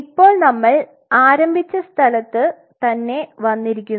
ഇപ്പോൾ നമ്മൾ ആരംഭിച്ച സ്ഥലത്ത് തന്നെ വന്നിരിക്കുന്നു